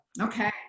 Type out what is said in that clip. okay